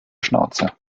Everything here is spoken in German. schnauze